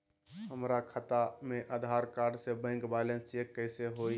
हमरा खाता में आधार कार्ड से बैंक बैलेंस चेक कैसे हुई?